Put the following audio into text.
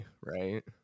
right